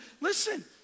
listen